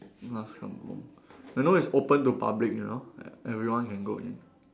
last kampung you know it's open to public you know e~ everyone can go in